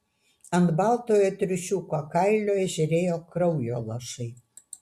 ant baltojo triušiuko kailio žėrėjo kraujo lašai